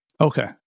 Okay